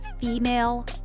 female